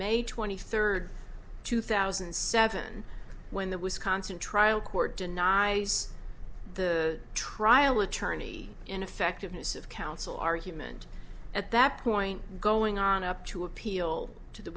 may twenty third two thousand and seven when the wisconsin trial court denies the trial attorney ineffectiveness of counsel argument at that point going on up to appeal to the